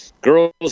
girls